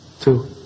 Two